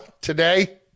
today